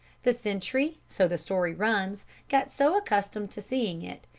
the sentry, so the story runs, got so accustomed to seeing it,